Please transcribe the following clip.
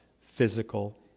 physical